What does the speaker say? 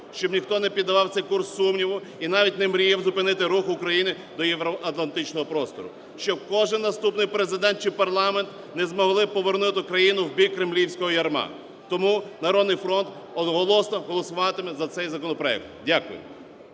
щоб ніхто не піддавав цей курс сумніву і навіть не мріяв зупинити рух України до євроатлантичного простору, щоб кожен наступний Президент, чи парламент не змогли повернути країну в бік кремлівського ярма. Тому "Народний фронт" одноголосно голосуватиме за цей законопроект. Дякую.